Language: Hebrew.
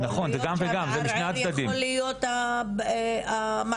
יכול להיות שהמערער יכול להיות שהמערער הוא המעסיק.